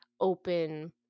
open